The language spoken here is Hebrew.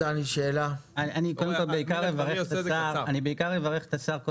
אני בעיקר אברך את השר,